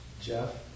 Jeff